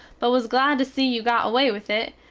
but was glad to see you got away with it,